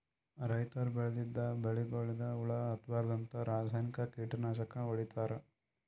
ರೈತರ್ ಬೆಳದಿದ್ದ್ ಬೆಳಿಗೊಳಿಗ್ ಹುಳಾ ಹತ್ತಬಾರ್ದ್ಂತ ರಾಸಾಯನಿಕ್ ಕೀಟನಾಶಕ್ ಹೊಡಿತಾರ್